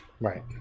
right